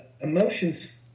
Emotions